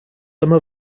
yma